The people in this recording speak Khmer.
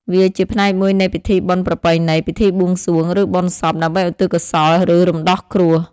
វាជាផ្នែកមួយនៃ ពិធីបុណ្យប្រពៃណី ពិធីបួងសួង ឬបុណ្យសព ដើម្បីឧទ្ទិសកុសល ឬរំដោះគ្រោះ។